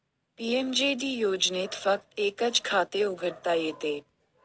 PMJD योजनेत फक्त एकच खाते उघडता येते